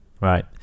Right